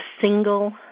single